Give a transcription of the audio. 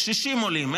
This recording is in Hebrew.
קשישים עולים,